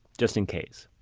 just in case.